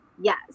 yes